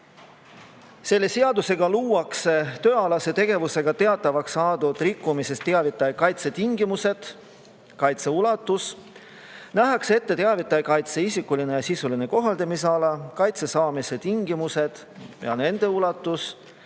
Selle seadusega luuakse tööalase tegevusega teatavaks saadud rikkumisest teavitaja kaitse tingimused, kaitse ulatus, nähakse ette teavitaja kaitse isikuline ja sisuline kohaldamisala, kaitse saamise tingimused ja ulatus